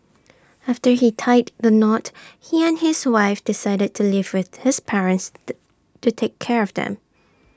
after he tied the knot he and his wife decided to live with his parents to to take care of them